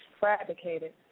fabricated